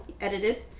edited